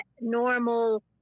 normal